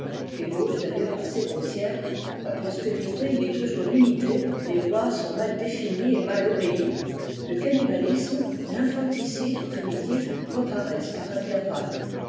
ebauche d'ailleurs assez grossière la prospérité y est toujours limitée les lois sont mal définies et mal obéies le cannibalisme l'infanticide primitifs reparaissent par intervalles